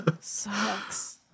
Sucks